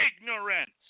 ignorance